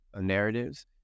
narratives